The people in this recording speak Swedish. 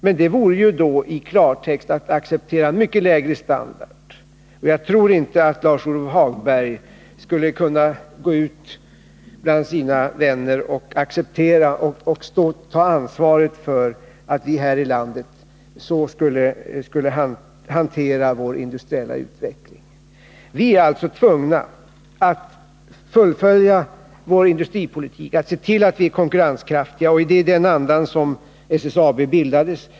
Men det vore ju i klartext att acceptera mycket lägre standard. Jag tror inte att Lars-Ove Hagberg skulle kunna gå ut bland sina vänner och säga att han accepterar och tar ansvar för att vi här i landet hanterar vår industriella utveckling på det sättet. Vi är alltså tvungna att fullfölja vår industripolitik och se till att vi är konkurrenskraftiga. Det är i den andan som SSAB har bildats.